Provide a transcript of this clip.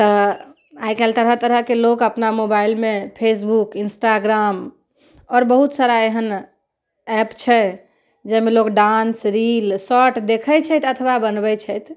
आइ काल्हि तरह तरहके लोक अपना मोबाइलमे फेसबुक इन्स्टाग्राम आओर बहुत सारा एहन एप छै जाहिमे लोक डान्स रील शॉर्ट्स देखै छथि अथवा बनबै छथि